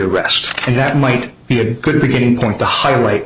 arrest and that might be a good beginning point to highlight